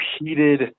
repeated